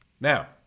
Now